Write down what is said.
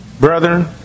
brethren